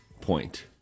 point